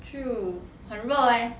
就很热 leh